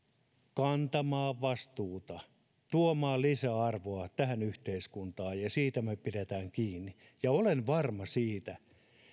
kantamaan vastuuta tuomaan lisäarvoa tähän yhteiskuntaan ja siitä me pidämme kiinni ja olen varma siitä